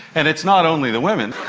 and it's not only the women.